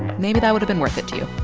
maybe that would've been worth it to you